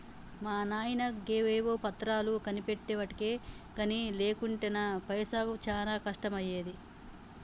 మా నాయిన గవేవో పత్రాలు కొనిపెట్టెవటికె గని లేకుంటెనా పైసకు చానా కష్టమయ్యేది